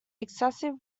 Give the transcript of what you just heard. excessive